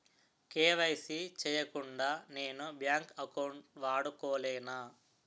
KYC చేయకుండా నేను bank account వాడుకొలేన?